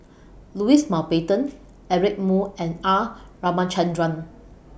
Louis Mountbatten Eric Moo and R Ramachandran